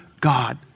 God